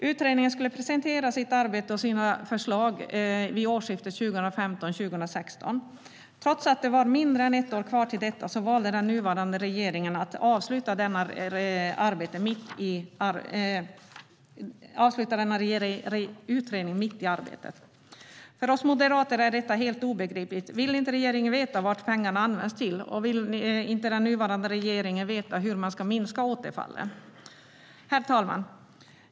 Utredningen skulle presentera sitt arbete och sina förslag vid årsskiftet 2015/16. Trots att det var mindre än ett år kvar valde den nuvarande regeringen att avsluta utredningen mitt i arbetet. För oss moderater är detta helt obegripligt. Vill inte regeringen veta vad pengarna används till, och vill inte den nuvarande regeringen veta hur återfallen ska minska? Herr talman!